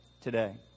today